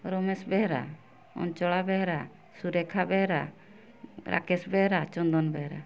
Ramesh Behera Anchala Behera Surekha Behera Rakesh Behera Chandan Behera